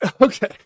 Okay